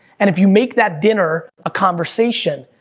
and, if you make that dinner a conversation,